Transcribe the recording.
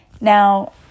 Now